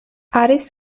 არის